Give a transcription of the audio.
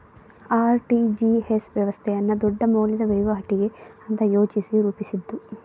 RTGS ವ್ಯವಸ್ಥೆಯನ್ನ ದೊಡ್ಡ ಮೌಲ್ಯದ ವೈವಾಟಿಗೆ ಅಂತ ಯೋಚಿಸಿ ರೂಪಿಸಿದ್ದು